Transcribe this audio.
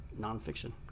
nonfiction